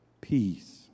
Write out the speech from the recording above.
peace